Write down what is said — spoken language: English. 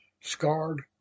scarred